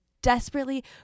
desperately